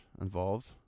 involved